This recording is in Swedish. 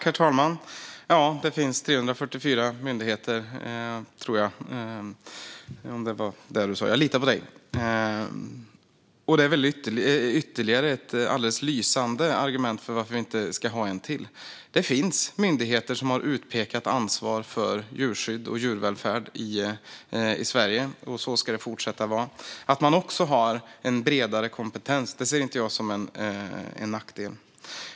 Herr talman! Ja, det finns 344 myndigheter, tror jag - jag litar på dig. Och det är väl ytterligare ett lysande argument för varför vi inte ska ha en till. Det finns myndigheter som har ett utpekat ansvar för djurskydd och djurvälfärd i Sverige, och så ska det fortsätta vara. Att man också har en bredare kompetens ser jag inte som en nackdel.